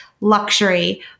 luxury